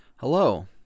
Hello